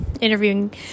interviewing